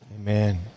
Amen